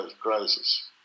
crisis